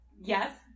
Yes